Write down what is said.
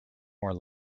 more